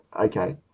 Okay